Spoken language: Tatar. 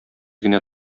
генә